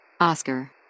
Oscar